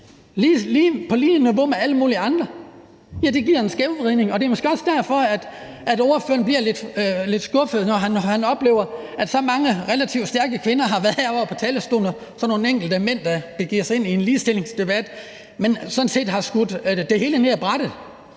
på lige niveau med alle mulige andre? Ja, det giver en skævvridning. Det er måske også derfor, at ordføreren bliver lidt skuffet, når han oplever, at så mange relativt stærke kvinder har været heroppe på talerstolen – og så nogle enkelte mænd, der begiver sig ind i en ligestillingsdebat – og sådan set har væltet det hele ned ad brættet.